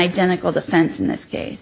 identical defense in this case